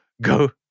go